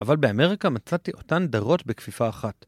אבל באמריקה מצאתי אותן דרות בכפיפה אחת.